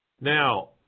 Now